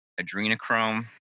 Adrenochrome